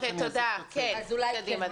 כן, קדימה.